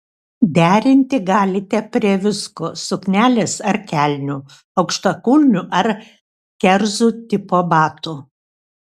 derinti galite prie visko suknelės ar kelnių aukštakulnių ar kerzų tipo batų